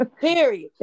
Period